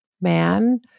man